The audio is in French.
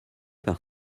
par